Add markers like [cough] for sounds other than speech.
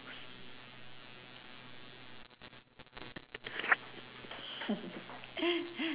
[laughs]